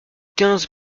quinze